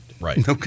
Right